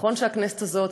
נכון שהכנסת הזאת,